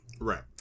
Right